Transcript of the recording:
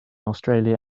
australia